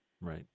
right